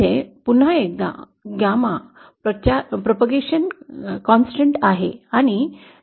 येथे पुन्हा एकदा Gamma 𝚪 प्रसार स्थिरांक आहे